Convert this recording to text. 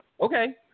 Okay